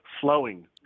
Flowing